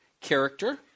character